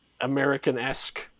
American-esque